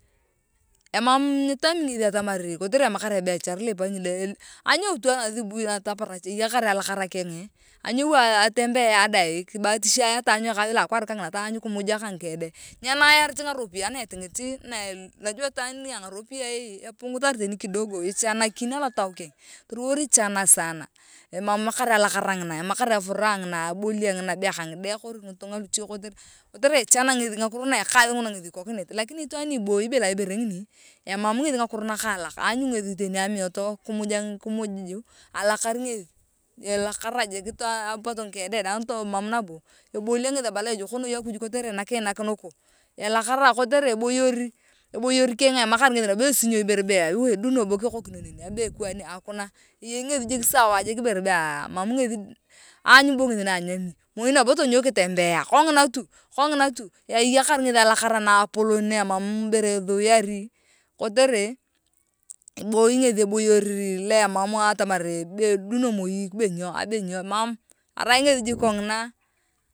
Emaam nyitami ngeth atamar kotere amaka ebiachar lipanyi le anyoutu athubui ataparach eyakar alakara kengee anyou etembea dae kibatishaya tanyau ekaath loa akwaar kangina taanyu kimuja ka ngikede nyenayarit ngaropiae ee epungathar tani kidogo ichanakin alotau keng toruor ichana sana emamakar alakara ngina emamakar afuraha ngina abolia ngina be ka ngide kori ka ngitunga luche kotere ichana ngethi ngakiro na eekath nguna ngethi ikokinit lakini itwaan ni iboyi bila ibere ngini emam ngethi ngakiro nakalaak aanyu ngeth teni amioto kimuja kimuji alakar ngeth elakara jik too apotu ngike de to emam nabo ebolia ngeth ebala ejok noi. Akuj kotere naakiinak nuku elakara kotere eboyeri eboyer keng emakar ngeth nabo esinyoi ibere beaa woe duno bo kekokinioonen abe kwani hakuna eyei ngeth jik sawa jik iber baa aanyungu bo ngeth naanyami moi nabo tonyou kitembea kongina tu kongina tu eyakar ngeth alakara naapolon ne emam ibere ithuyoari kotere iboi ngeth eboyor le emam atamar be duno moi abe nyo abe nyo arai ngeth jik kongina.